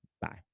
Bye